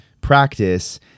practice